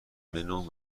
منو